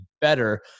better